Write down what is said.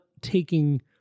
taking